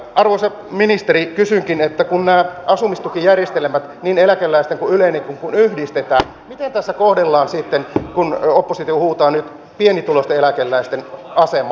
arvoisa ministeri kysynkin että kun nämä asumistukijärjestelmät niin eläkeläisten kuin yleinenkin yhdistetään miten tässä kohdellaan sitten kun oppositio huutaa nyt pienituloisten eläkeläisten asemaa